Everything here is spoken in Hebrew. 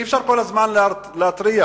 אי-אפשר להתריע